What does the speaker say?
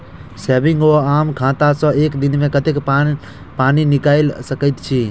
Saving वा आम खाता सँ एक दिनमे कतेक पानि निकाइल सकैत छी?